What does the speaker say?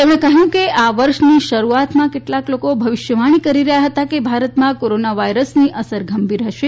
તેમણે કહયું કે આ વર્ષની શરૂઆતમાં કેટલાક લોકો ભવિષ્યવાણી કરી રહ્યાં હતા કે ભારતમાં કોરોના વાયરસની અસર ભયંકર હશે